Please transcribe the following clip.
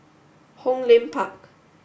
Hong Lim Park